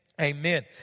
Amen